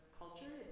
culture